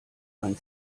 ein